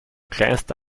kleinste